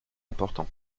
important